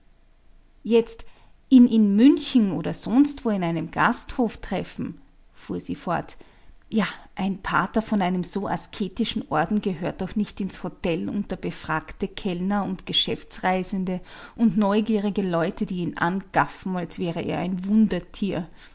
jetzt ihn in münchen oder sonstwo in einem gasthof treffen fuhr sie fort ja ein pater von einem so asketischen orden gehört doch nicht ins hotel unter befrackte kellner und geschäftsreisende und neugierige leute die ihn angaffen als wäre er ein